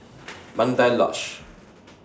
Mandai Lodge